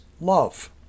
love